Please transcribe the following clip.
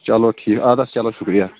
چلو ٹھیٖک اَد حظ چلو شُکریہ